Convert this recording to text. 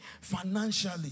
financially